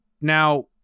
Now